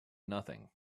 nothing